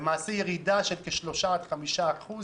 שזאת ירידה של כשלושה עד חמישה אחוז